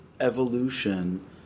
evolution